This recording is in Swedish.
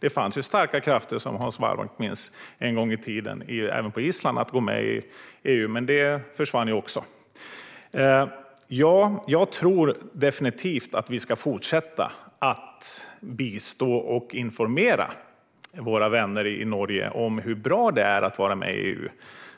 Det fanns en gång i tiden, som Hans Wallmark minns, starka krafter även på Island för att gå med i EU. Men också det försvann. Ja, jag tror definitivt att vi ska fortsätta bistå och informera våra vänner i Norge om hur bra det är att vara med i EU.